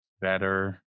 better